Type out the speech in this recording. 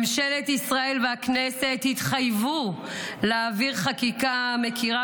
ממשלת ישראל והכנסת התחייבו להעביר חקיקה המכירה